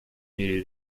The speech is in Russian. мире